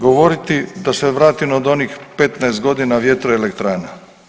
Govoriti da se vratim od onih 15 godina vjetroelektrana.